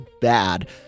bad